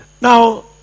Now